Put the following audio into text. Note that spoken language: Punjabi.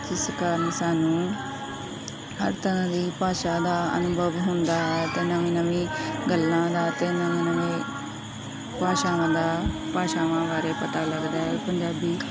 ਕਿਸ ਕਾਰਣ ਸਾਨੂੰ ਹਰ ਤਰ੍ਹਾਂ ਦੀ ਭਾਸ਼ਾ ਦਾ ਅਨੁਭਵ ਹੁੰਦਾ ਹੈ ਅਤੇ ਨਵੀਂ ਨਵੀਂ ਗੱਲਾਂ ਦਾ ਅਤੇ ਨਵੇਂ ਨਵੇਂ ਭਾਸ਼ਾਵਾਂ ਦਾ ਭਾਸ਼ਾਵਾਂ ਬਾਰੇ ਪਤਾ ਲੱਗਦਾ ਹੈ ਪੰਜਾਬੀ